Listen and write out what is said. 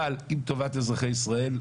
אבל אם טובת אזרחי ישראל,